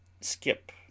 skip